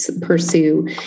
pursue